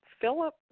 Philip